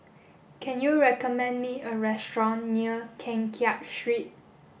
can you recommend me a restaurant near Keng Kiat Street